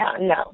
no